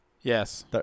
Yes